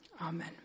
Amen